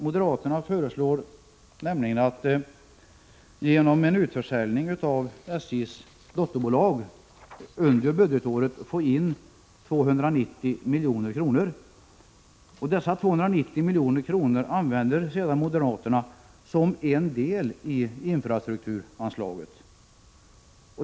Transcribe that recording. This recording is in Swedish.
Moderaterna föreslår nämligen att man genom en utförsäljning av SJ:s dotterbolag under budgetåret skulle få in 290 milj.kr. Dessa 290 miljoner använder moderaterna sedan som en del i infrastrukturanslaget.